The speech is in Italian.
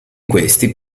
questi